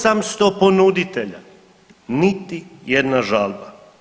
800 ponuditelja niti jedna žalba.